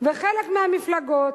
בחלק מהמפלגות,